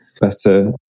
better